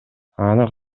аны